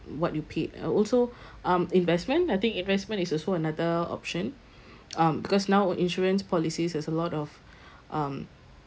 what you paid uh also um investment I think investment is also another option um because now insurance policies there's a lot of um